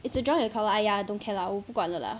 it's a joint account !aiya! don't care lah 我不管了 lah